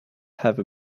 have